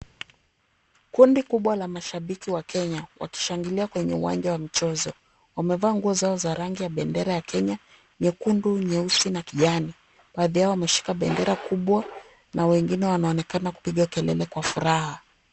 Kundi kubwa la mashabiki wa Kenya wakishangilia kwenye uwanja wa michezo. Wamevaa nguo zao za rangi ya bendera ya Kenya, nyekundu, nyeusi na kijani. Baadhi yao wameshika bendera kubwa na wengine wanaonekana kupiga kelele kwa furaha.